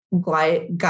guide